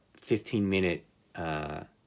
15-minute